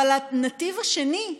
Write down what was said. אבל את הנתיב השני,